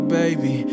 baby